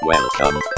Welcome